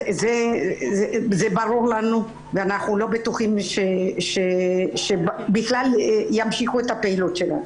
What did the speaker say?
זה ברור לנו ואנחנו לא בטוחים שבכלל ימשיכו את הפעילות שלהם.